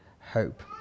hope